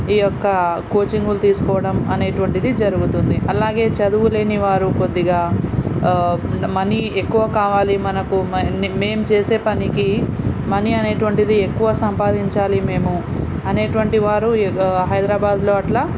ఈ యొక్క కోచింగ్లు తీసుకోవడం అనేటటువంటిది జరుగుతుంది అలాగే చదవు లేని వారు కొద్దిగా మనీ ఎక్కువ కావాలి మనకు మేము చేసే పనికి మనీ అనేటటువంటిది ఎక్కువ సంపాదించాలి మేము అనేటటువంటి వారు ఈ హైదరాబాద్లో అట్లా